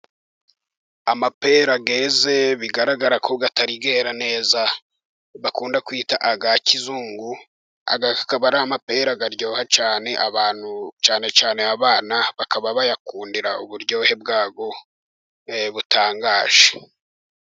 Amapera yeze bigaragara ko atarera neza bakunda kwita aya kizunguba ari amapera karyoha cyane abantu cyane cyane abana bakaba bayakundira uburyohe bwabo butangaje.